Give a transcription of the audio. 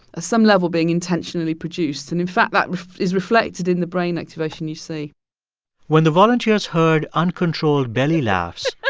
ah some level, being intentionally produced. and in fact, that is reflected in the brain activation you see when the volunteers heard uncontrolled belly laughs.